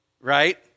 right